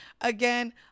Again